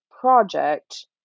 project